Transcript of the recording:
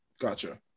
gotcha